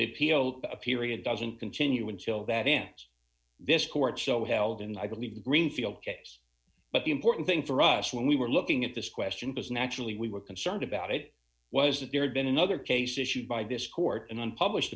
they feel a period doesn't continue until that ends this court so held and i believe greenfield case but the important thing for us when we were looking at this question because naturally we were concerned about it was that there had been another case issued by this court an unpublished